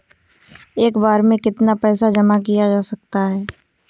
एक बार में कितना पैसा जमा किया जा सकता है?